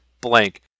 blank